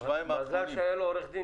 מזל שהיה לו עורך דין